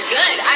good